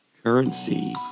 Currency